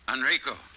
Enrico